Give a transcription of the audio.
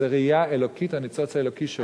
זאת ראייה אלוקית, הניצוץ האלוקי שרואה.